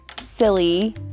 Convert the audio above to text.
silly